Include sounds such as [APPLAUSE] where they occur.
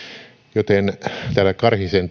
joten tällä karhisen [UNINTELLIGIBLE]